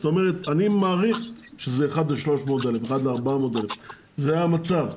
זאת אומרת אני מעריך שזה 1:300,000 או 1:400,000. זה המצב.